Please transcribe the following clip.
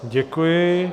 Děkuji.